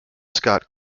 scott